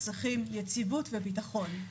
צריכים יציבות וביטחון.